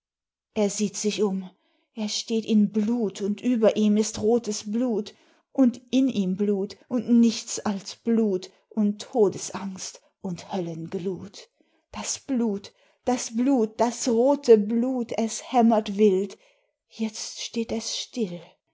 er sieht sich um er steht in blut und über ihm ist rotes blut und in ihm blut und nichts als blut und todesangst und höllenglut das blut das blut das rote blut es hämmert wild jetzt steht es still